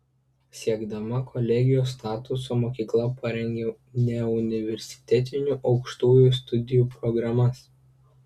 siekdama kolegijos statuso mokykla parengė neuniversitetinių aukštųjų studijų programas